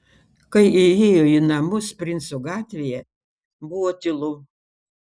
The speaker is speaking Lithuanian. kai įėjo į namus princų gatvėje buvo tylu